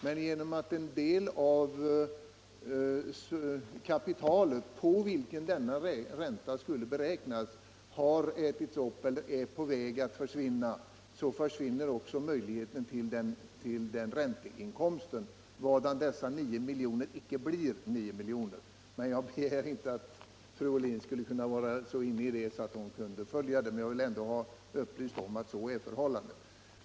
Men genom att en del av det kapital på vilket denna ränta skulle beräknas har ätits upp eller är på väg att ätas upp försvinner också möjligheten till denna ränteinkomst, vadan dessa 9 miljoner icke blir 9 miljoner. Jag begär inte att fru Ohlin skall kunna vara så insatt i frågan att hon kan följa alla detaljer, men jag har ändå velat upplysa om det verkliga förhållandet.